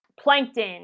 plankton